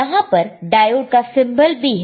यहां पर डायोड का सिंबल भी है